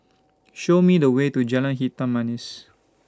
Show Me The Way to Jalan Hitam Manis